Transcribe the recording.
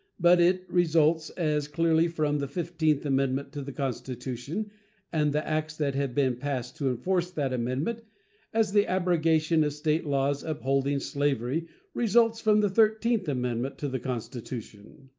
but it results as clearly from the fifteenth amendment to the constitution and the acts that have been passed to enforce that amendment as the abrogation of state laws upholding slavery results from the thirteenth amendment to the constitution.